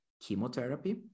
chemotherapy